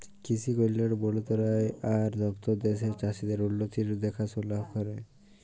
কিসি কল্যাল মলতরালায় আর দপ্তর দ্যাশের চাষীদের উল্লতির দেখাশোলা ক্যরে